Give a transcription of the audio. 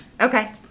Okay